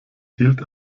hielt